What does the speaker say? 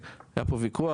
היה פה ויכוח,